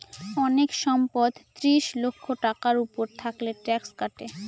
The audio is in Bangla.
অনেক সম্পদ ত্রিশ লক্ষ টাকার উপর থাকলে ট্যাক্স কাটে